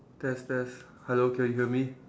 test test hello can you hear me